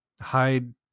hide